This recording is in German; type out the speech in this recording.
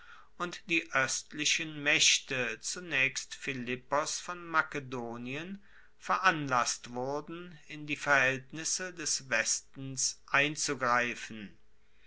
und die oestlichen maechte zunaechst philippos von makedonien veranlasst wurden in die verhaeltnisse des westens einzugreifen